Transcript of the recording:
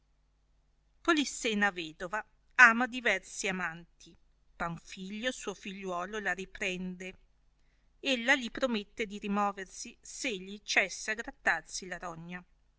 polissena vedova ama diversi amanti panfilio suo figliuolo la riprende ella gli promette di rimoversi s'egli cessa grattarsi la rogna